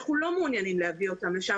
אנחנו לא מעוניינים להביא אותם לשם.